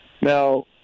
Now